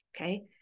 okay